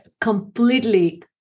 completely